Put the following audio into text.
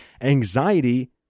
Anxiety